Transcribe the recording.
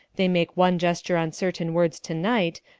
they make one gesture on certain words tonight,